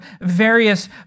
various